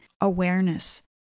awareness